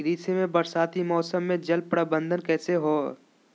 कृषि में बरसाती मौसम में जल प्रबंधन कैसे करे हैय?